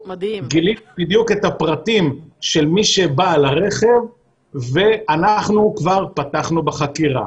גיליתי בדיוק את הפרטים של מי שבעל הרכב ואנחנו כבר פתחנו בחקירה.